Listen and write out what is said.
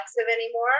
anymore